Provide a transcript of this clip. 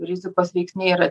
rizikos veiksniai yra